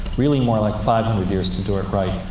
really more like five hundred years to do it right.